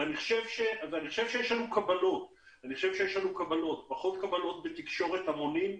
יש לנו קבלות פחות קבלות בתקשורת המונים,